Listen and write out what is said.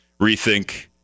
rethink